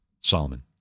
Solomon